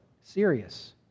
serious